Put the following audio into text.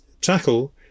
tackle